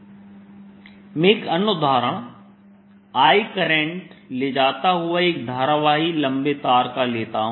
z1s∂ssA As∂ϕz sR B0sR B0nIz मैं एक अन्य उदाहरण I करंट ले जाता हुआ एक धारावाही लंबे तार का लेता हूं